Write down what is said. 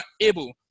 able